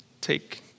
take